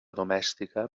domèstica